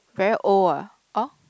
very old ah or